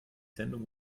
sendung